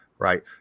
right